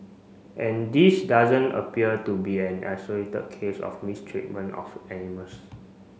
and this doesn't appear to be an isolated case of mistreatment of animals